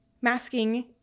masking